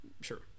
sure